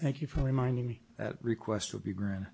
thank you for reminding me that request would be gr